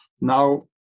Now